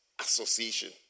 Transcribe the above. association